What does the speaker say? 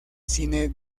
cine